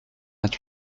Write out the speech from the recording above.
vingt